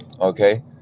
okay